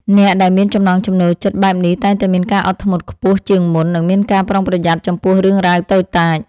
អ្នកដែលមានចំណង់ចំណូលចិត្តបែបនេះតែងតែមានការអត់ធ្មត់ខ្ពស់ជាងមុន និងមានការប្រុងប្រយ័ត្នចំពោះរឿងរ៉ាវតូចតាច។